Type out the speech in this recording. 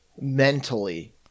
mentally